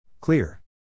Clear